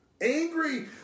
Angry